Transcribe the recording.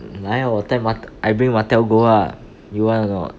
来啊我带 mar~ i bring Martell go ah you want or not